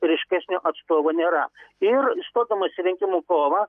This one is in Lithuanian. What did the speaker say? ryškesnio atstovo nėra ir įstodamas į rinkimų kovą